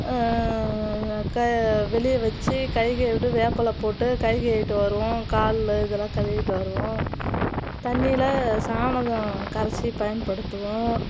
க வெளிஏ வச்சு கை கழிவிட்டு வேப்பிலை போட்டு கை கழிவிட்டு வருவோம் கால்ல இதெல்லாம் கழுவிட்டு வருவோம் தண்ணில சாணம் கரைச்சு பயன்படுத்துவோம்